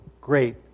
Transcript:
great